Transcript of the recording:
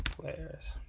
flat earth